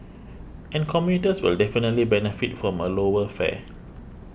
and commuters will definitely benefit from a lower fare